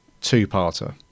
two-parter